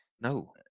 No